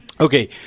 Okay